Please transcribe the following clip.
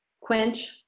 quench